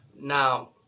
Now